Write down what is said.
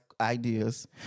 ideas